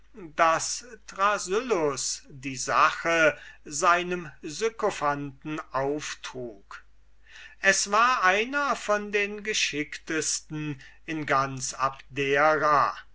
thrasyllus die sache seinem sykophanten auftrug es war einer von den geschicktesten in ganz abdera